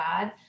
God